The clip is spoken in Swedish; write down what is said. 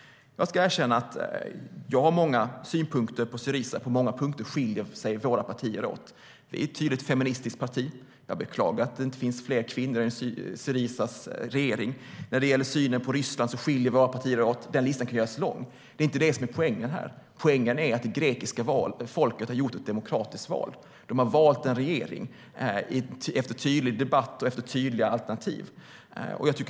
Jag ska erkänna att jag har många synpunkter på Syriza. På många punkter skiljer sig våra partier åt. Vi är ett tydligt feministiskt parti. Jag beklagar att det inte finns fler kvinnor i Syrizas regering. När det gäller synen på Ryssland skiljer sig våra partier också åt. Listan kan göras lång, men det är inte poängen här. Poängen är att det grekiska folket har gjort ett demokratiskt val. De har valt en regering efter tydlig debatt och utifrån tydliga alternativ.